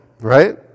Right